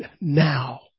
now